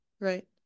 Right